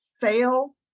fail